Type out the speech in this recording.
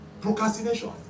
Procrastination